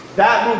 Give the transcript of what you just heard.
that